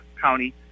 County